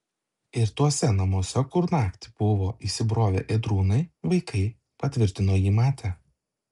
ir tuose namuose kur naktį buvo įsibrovę ėdrūnai vaikai patvirtino jį matę